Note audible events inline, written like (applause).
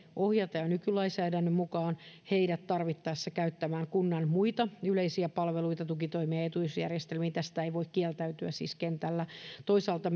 ohjata heidät jo nykylainsäädännön mukaan tarvittaessa käyttämään kunnan muita yleisiä palveluita tukitoimia ja etuisuusjärjestelmiä tästä ei voi siis kieltäytyä kentällä toisaalta (unintelligible)